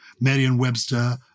Merriam-Webster